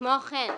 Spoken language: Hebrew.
כמו כן,